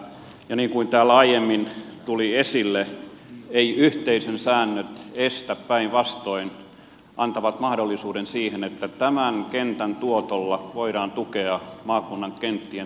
niin kuin täällä aiemmin tuli esille eivät yhteisön säännöt estä päinvastoin antavat mahdollisuuden siihen että tämän kentän tuotolla voidaan tukea maakunnan kenttien toimintaa